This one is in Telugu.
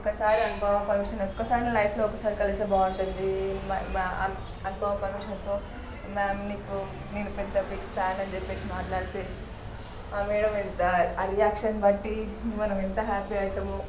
ఒక్కసారి అనుపమ పరమేశ్వరన్ని ఒక్కసారైనా లైఫ్లో ఒక్కసారి కలిస్తే బాగుంటుంది మా మా అనుపమ పరమేశ్వరన్తో మ్యామ్ మీకు నేను పెద్ద బిగ్ ఫ్యాన్ అని చెప్పి మాట్లాడితే ఆ మ్యాడమ్ ఎంత ఆ రియాక్షన్ బట్టి మనం ఎంత హ్యాపీ అవుతామో